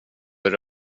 vill